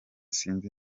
sinzi